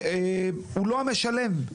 הוא לא המשלם?